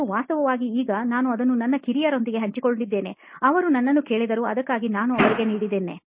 ಮತ್ತು ವಾಸ್ತವವಾಗಿ ಈಗ ನಾನು ಅದನ್ನು ನನ್ನ ಕಿರಿಯರೊಂದಿಗೆ ಹಂಚಿಕೊಂಡಿದ್ದೇನೆ ಅವರು ನನ್ನನ್ನು ಕೇಳಿದರು ಆದ್ದರಿಂದ ನಾನು ಅದನ್ನು ಅವರಿಗೆ ನೀಡಿದ್ದೇನೆ